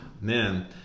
man